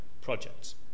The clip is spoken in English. projects